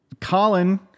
Colin